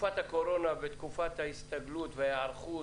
שתקופת הקורונה ותקופת ההסתגלות וההיערכות